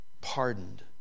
Pardoned